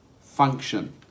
function